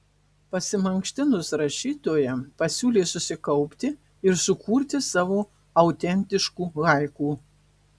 pasimankštinus rašytoja pasiūlė susikaupti ir sukurti savo autentiškų haiku